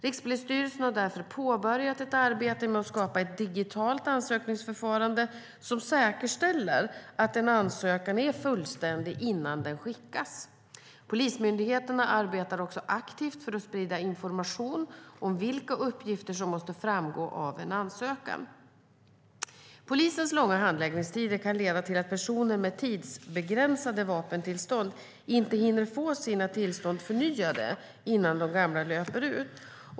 Rikspolisstyrelsen har därför påbörjat ett arbete med att skapa ett digitalt ansökningsförfarande som säkerställer att en ansökan är fullständig när den skickas. Polismyndigheterna arbetar också aktivt för att sprida information om vilka uppgifter som måste framgå av en ansökan. Polisens långa handläggningstider kan leda till att personer med tidsbegränsade vapentillstånd inte hinner få sina tillstånd förnyade innan de gamla löper ut.